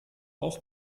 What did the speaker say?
auch